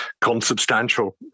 consubstantial